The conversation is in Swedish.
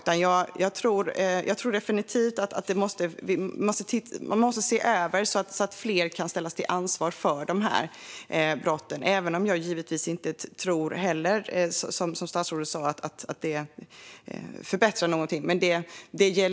Man måste se över detta så att fler kan ställas till ansvar för de här brotten - även om jag givetvis inte heller tror att det förbättrar någonting, som statsrådet sa.